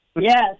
Yes